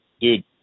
Dude